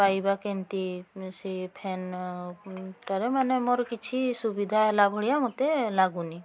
ପାଇବା କେମିତି ସେଇ ଫ୍ୟାନ୍ଟାରେ ମାନେ ମୋର କିଛି ସୁବିଧା ହେଲା ଭଳିଆ ମୋତେ ଲାଗୁନି